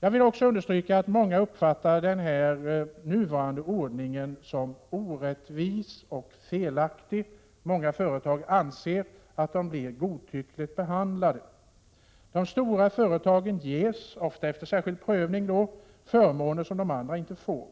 Jag vill också understryka att många uppfattar den nuvarande ordningen som orättvis och felaktig. Många företag anser att de blir godtyckligt behandlade. De stora företagen ges, ofta efter särskild prövning, förmåner som de andra inte får.